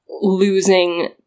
losing